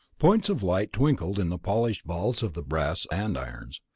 points of light twinkled in the polished balls of the brass andirons.